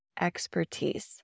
expertise